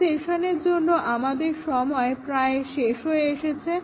এই সেশনের জন্য আমাদের সময় প্রায় শেষ হয়ে এসেছে